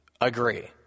agree